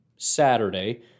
Saturday